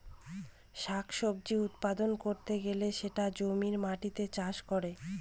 শাক সবজি উৎপাদন করতে গেলে সেটা জমির মাটিতে চাষ করে